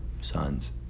sons